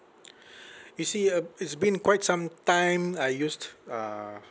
you see ah it's been quite some time I used uh